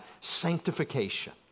sanctification